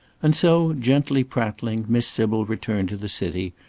and so, gently prattling, miss sybil returned to the city,